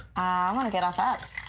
i wanna get off apps.